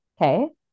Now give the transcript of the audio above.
Okay